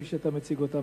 כפי שאתה מציג אותם.